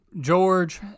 George